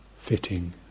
fitting